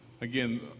again